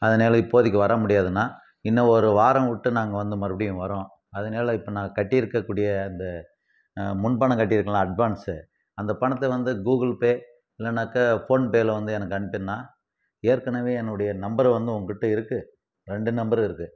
அதனால் இப்போதைக்கி வர முடியாதுண்ணா இன்னும் ஒரு வாரம் விட்டு நாங்கள் வந்து மறுபடியும் வரோம் அதனால இப்போ நான் கட்டியிருக்கக்கூடிய அந்த முன்பணம் கட்டியிருக்கேன்ல அட்வான்ஸு அந்த பணத்தை வந்து கூகுள் பே இல்லைனாக்கா ஃபோன்பேல வந்து எனக்கு அனுப்பிருண்ணா ஏற்கனவே என்னுடைய நம்பரு வந்து உங்ககிட்ட இருக்குது ரெண்டு நம்பரு இருக்குது